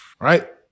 Right